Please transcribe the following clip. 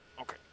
Okay